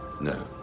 No